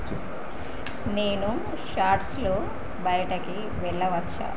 నేను షార్ట్స్లో బయటకి వెళ్ళవచ్చా